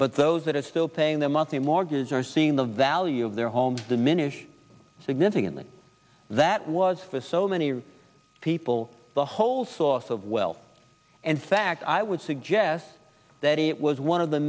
but those that are still paying their monthly mortgage are seeing the value of their homes diminish significantly that was for so many people the whole sauce of well and fact i would suggest that it was one of the